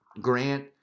grant